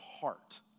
heart